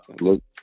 Look